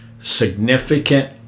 significant